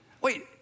wait